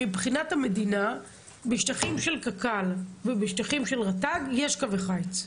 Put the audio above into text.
מבחינת המדינה בשטחים של קק"ל ובשטחים של רט"ג יש קווי חיץ.